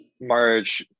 march